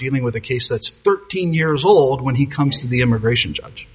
dealing with a case that's thirteen years old when he comes to the immigration judge